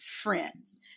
friends